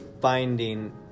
finding